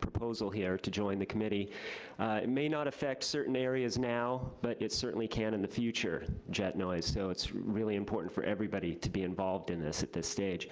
proposal here to join the committee. it may not affect certain areas now, but it certainly can in the future, jet noise, so it's really important for everybody to be involved in this at this stage.